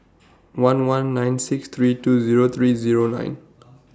one one nine six three two Zero three Zero nine